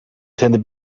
ten